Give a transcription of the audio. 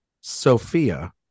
Sophia